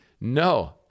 No